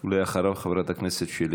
אחריו, חברת הכנסת שלי